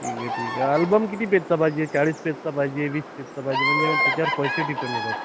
ठीक आहे ठीक आहे आल्बम किती पेजचा पाहिजे चाळीस पेजचा पाहिजे वीस पेजचा पाहिजे म्हणजे त्याच्यावर पैसे डिपेन्ड होतात